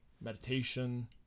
meditation